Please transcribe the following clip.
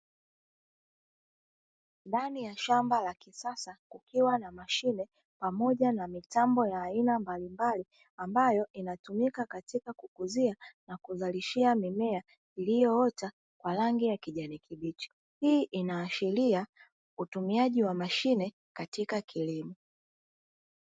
Ndani ya shamba la kisasa, kukiwa na mashine pamoja na mitambo ya aina mbalimbali, ambayo inatumika katika kukuzia na kuzalishia mimea iliyoota kwa rangi ya kijani kibichi. Hii inaashiria utumiaji wa mashine katika kilimo.